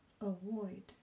avoid